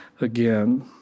again